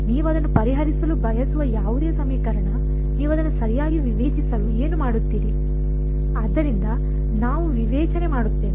ನೀವು ಅದನ್ನು ಪರಿಹರಿಸಲು ಬಯಸುವ ಯಾವುದೇ ಸಮೀಕರಣ ನೀವು ಅದನ್ನು ಸರಿಯಾಗಿ ವಿವೇಚಿಸಲು ಏನು ಮಾಡುತ್ತೀರಿ ಆದ್ದರಿಂದ ನಾವು ವಿವೇಚನೆ ಮಾಡುತ್ತೇವೆ